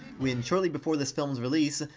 when shortly before this film's release,